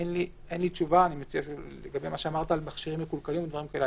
אין לי תשובה לגבי מה שאמרת על מכשירים מקולקלים או דברים כאלה,